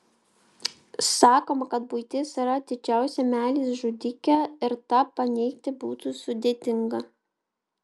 sakoma kad buitis yra didžiausia meilės žudikė ir tą paneigti būtų sudėtinga